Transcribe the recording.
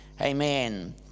Amen